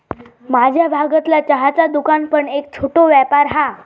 माझ्या भागतला चहाचा दुकान पण एक छोटो व्यापार हा